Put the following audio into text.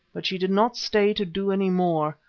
but she did not stay to do any more.